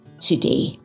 today